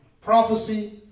prophecy